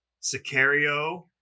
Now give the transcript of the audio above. sicario